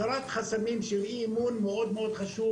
הסרת חסמים של אי אמון זה מאוד חשוב.